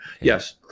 Yes